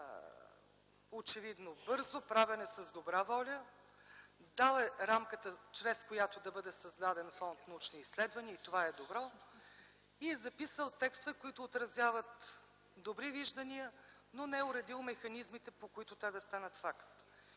очевидно бързо, правен е с добра воля, дал е рамката, чрез която да бъде създаден фонд „Научни изследвания” - това е добро, и е записал текстове, които отразяват добри виждания, но не е уредил механизмите, по които те да станат факт.